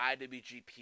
IWGP